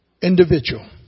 individual